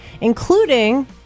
including